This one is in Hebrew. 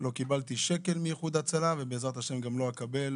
לא קיבלתי שקל מאיחוד הצלה ובעזרת השם גם לא אקבל